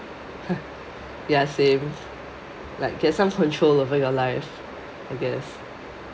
ya same like get some control over your life I guess